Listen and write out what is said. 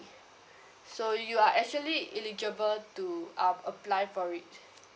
so you are actually eligible to um apply for it